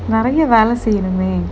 நெறைய வேலை செய்யனுமே:neraiya velai seyanumae